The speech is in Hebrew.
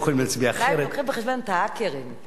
המחשבים מעבירים מייד את ההצבעה למקום הנכון.